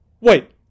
wait